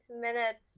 minutes